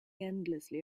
endlessly